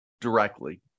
directly